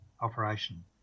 operation